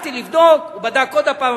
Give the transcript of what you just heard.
הלכתי לבדוק, הוא בדק עוד הפעם.